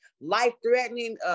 life-threatening